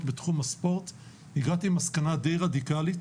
בתחום הספורט הגעתי למסקנה די רדיקלית,